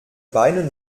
beine